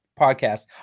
podcast